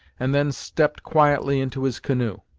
and then stepped quietly into his canoe.